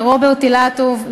לרוברט אילטוב,